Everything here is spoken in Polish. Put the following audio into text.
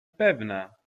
pewna